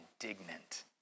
indignant